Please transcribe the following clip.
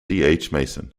mason